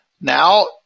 Now